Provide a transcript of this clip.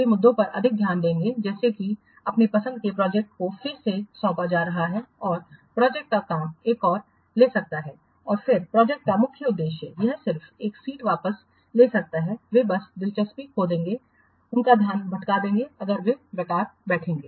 वे मुद्दों पर अधिक ध्यान देंगे जैसे कि अपनी पसंद की प्रोजेक्ट को फिर से सौंपा जा रहा है और प्रोजेक्ट का काम एक और ले सकता है और फिर प्रोजेक्ट का मुख्य उद्देश्य यह सिर्फ एक सीट वापस ले सकता है वे बस दिलचस्पी खो देंगे उनका ध्यान भटक जाएगा अगर वे बेकार बैठेंगे